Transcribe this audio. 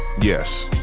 Yes